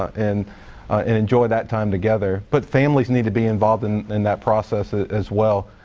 and and enjoy that time together. but families need to be involved in in that process, ah as well.